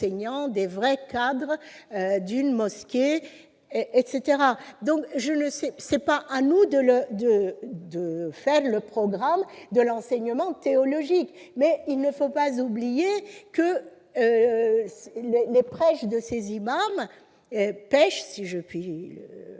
les vrais cadres d'une mosquée ! Ce n'est certes pas à nous d'élaborer le programme de l'enseignement théologique, mais il ne faut pas oublier que les prêches de ces imams pèchent, si je puis